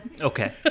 Okay